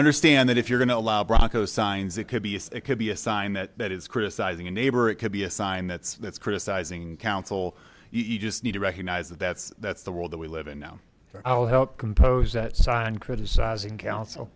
understand that if you're going to allow bronco signs it could be a it could be a sign that that is criticizing a neighbor or it could be a sign that's that's criticizing counsel you just need to recognize that that's that's the world that we live in now i'll help compose that sign criticizing counsel